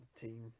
team